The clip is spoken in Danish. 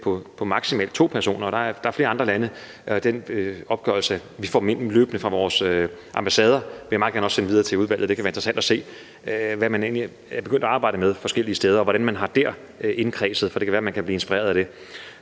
på maksimalt to personer, og der er det i flere andre lande, og den opgørelse – vi får dem løbende ind fra vores ambassader – vil jeg også meget gerne sende videre til udvalget. Det kan være interessant at se, hvad de egentlig er begyndt at arbejde med forskellige steder, og hvordan de der har indkredset det, for det kan være, man kan blive inspireret af det.